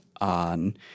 on